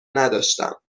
نداشتم